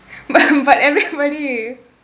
but but everybody